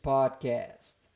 Podcast